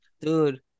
Dude